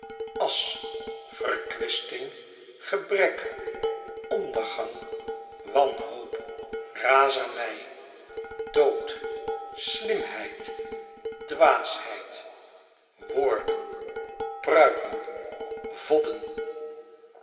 asch verkwisting gebrek ondergang wanhoop razernij dood slimheid dwaasheid woorden pruiken